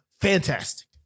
fantastic